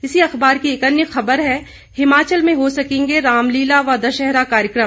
इस अख़बार की एक अन्य ख़बर है हिमाचल में हो सकेंगे रामलीला व दशहरा कार्यक्रम